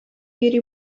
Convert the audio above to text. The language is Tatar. йөри